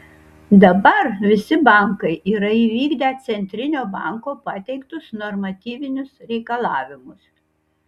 dabar visi bankai yra įvykdę centrinio banko pateiktus normatyvinius reikalavimus